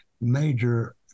major